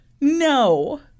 No